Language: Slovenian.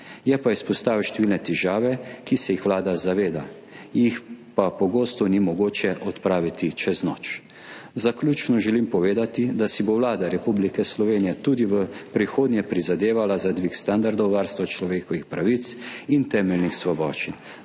Je pa izpostavil številne težave, ki se jih Vlada zaveda, jih pa pogosto ni mogoče odpraviti čez noč. Zaključno želim povedati, da si bo Vlada Republike Slovenije tudi v prihodnje prizadevala za dvig standardov varstva človekovih pravic in temeljnih svoboščin,